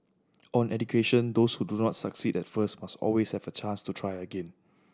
on education those who do not succeed at first must always have chance to try again